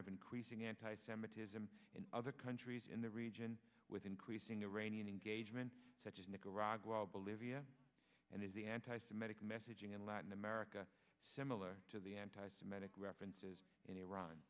of increasing anti semitism in other countries in the region with increasing iranian engagement such as nicaragua and is the anti semitic messaging in latin america similar to the anti semitic references in iran